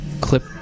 Clip